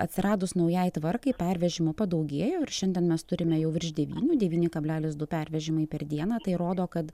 atsiradus naujai tvarkai pervežimų padaugėjo ir šiandien mes turime jau virš devynių devyni kablelis du pervežimai per dieną tai rodo kad